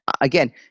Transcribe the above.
again